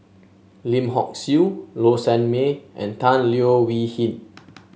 Lim Hock Siew Low Sanmay and Tan Leo Wee Hin